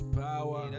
power